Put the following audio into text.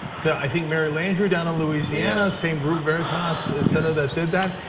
so i think mary landrieu down in louisiana, same group veritas, etcetera that did that.